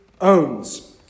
owns